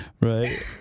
Right